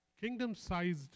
kingdom-sized